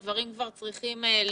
הדברים כבר צריכים לקרות.